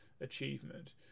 achievement